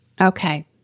Okay